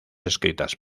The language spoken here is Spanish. escritas